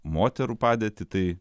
moterų padėtį tai